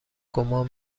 گمان